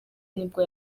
nibwo